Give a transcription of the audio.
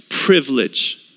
privilege